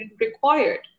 required